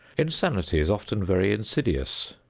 insanity is often very insidious.